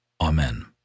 Amen